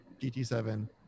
GT7